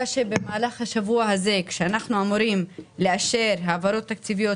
במהלך השבוע הז אנחנו אמורים לאשר העברות תקציביות